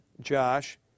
Josh